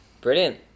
brilliant